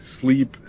sleep